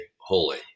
holy